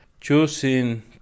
choosing